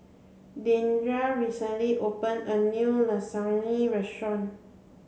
Deandra recently open a new Lasagne restaurant